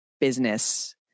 business